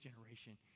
generation